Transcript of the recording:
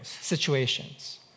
situations